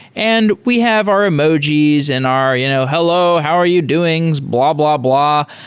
and we have our emojis and our you know hello, how are you doings? blah-blah-blah.